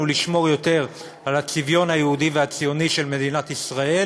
לשמור יותר על הצביון היהודי והציוני של מדינת ישראל